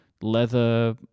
leather